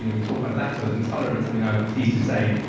you know you talk about lactose intolerance. i'm you know pleased to say,